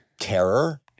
Terror